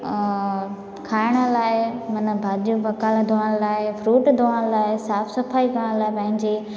खाइण लाइ माना भाॼी बकाल धोइण लाइ फ्रूट धोइण लाइ साफ़ु सफ़ाई करण लाइ पंहिंजी